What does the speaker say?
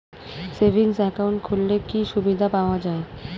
Savings account খুললে কি সুবিধা পাওয়া যায়?